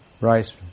Rice